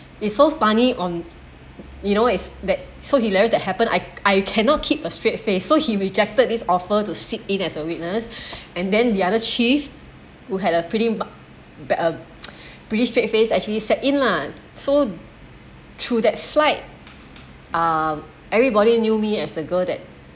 it's so funny on you know is that so hilarious that happened I I cannot keep a straight face so he rejected this offer to sit in as a witness and then the other chief who had a pretty mug~ bad uh pretty straight face actually sat in lah so through that flight uh everybody knew me as the girl that